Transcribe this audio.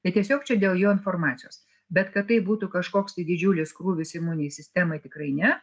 tai tiesiog čia dėl jo informacijos bet kad tai būtų kažkoks didžiulis krūvis imuninei sistemai tikrai ne